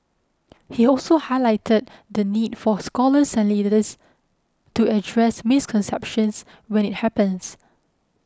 he also highlighted the need for scholars and leaders to address misconceptions when it happens